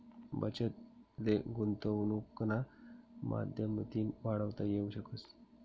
बचत ले गुंतवनुकना माध्यमतीन वाढवता येवू शकस